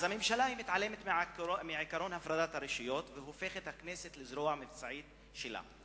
הממשלה מתעלמת מעקרון הפרדת הרשויות והופכת את הכנסת לזרוע המבצעית שלה.